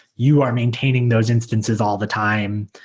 you are maintaining those instances all the time.